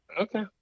Okay